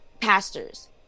Pastors